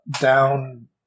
down